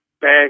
bag